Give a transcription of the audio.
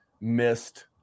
missed